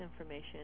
information